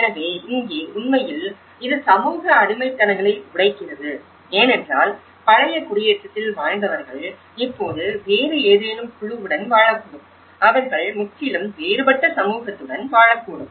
எனவே இங்கே உண்மையில் இது சமூக அடிமைத்தனங்களை உடைக்கிறது ஏனென்றால் பழைய குடியேற்றத்தில் வாழ்ந்தவர்கள் இப்போது வேறு ஏதேனும் குழுவுடன் வாழக்கூடும் அவர்கள் முற்றிலும் வேறுபட்ட சமூகத்துடன் வாழக்கூடும்